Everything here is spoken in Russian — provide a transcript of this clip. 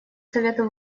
совету